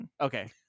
Okay